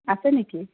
আছে নেকি